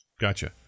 gotcha